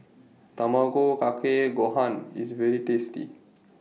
Tamago Kake Gohan IS very tasty